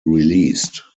released